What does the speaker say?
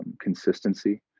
consistency